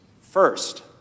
First